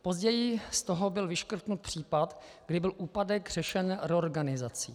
Později z toho byl vyškrtnut případ, kdy byl úpadek řešen reorganizací.